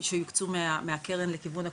שיוקצו מהקרן לכיוון הקופות,